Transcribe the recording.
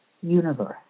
universe